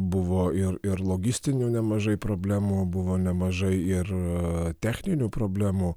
buvo ir ir logistinių nemažai problemų buvo nemažai ir techninių problemų